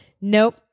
Nope